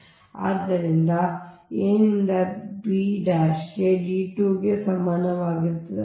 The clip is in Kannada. ಅಂತೆಯೇ a ನಿಂದ b d2 ಗೆ ಸಮಾನವಾಗಿರುತ್ತದೆ